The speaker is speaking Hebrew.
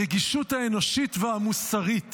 הרגישות האנושית והמוסרית